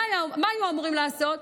מה היו אמורים לעשות?